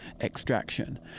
extraction